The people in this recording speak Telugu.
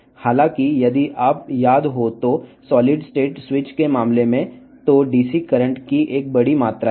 అయినప్పటికీ ఘన స్థితి స్విచ్ల విషయంలో పెద్ద మొత్తంలో DC కరెంట్ కలిగి ఉంటాయి